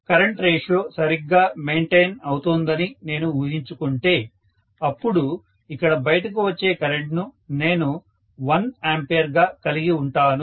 current ratio సరిగ్గా maintain అవుతోందని నేను ఊహించుకుంటే అప్పుడు ఇక్కడ బయటకు వచ్చే కరెంట్ ను నేను 1A గా కలిగి వుంటాను